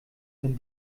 wenn